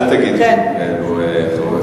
אל תגיד דברים כאלו, חבר הכנסת זאב.